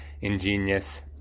Ingenious